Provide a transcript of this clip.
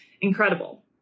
incredible